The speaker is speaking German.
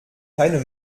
keine